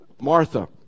Martha